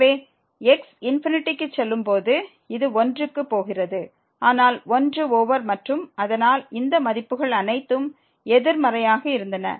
எனவே x ∞ க்கு செல்லும் போது இது 1 க்கு போகிறது ஆனால் 1 ஓவர் மற்றும் அதனால் இந்த மதிப்புகள் அனைத்தும் எதிர்மறையாக இருந்தன